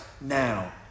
now